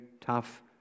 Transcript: tough